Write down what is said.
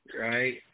right